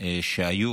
שהיו